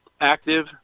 active